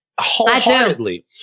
wholeheartedly